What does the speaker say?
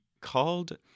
called